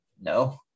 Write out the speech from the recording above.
No